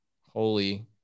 Holy